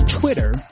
Twitter